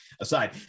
aside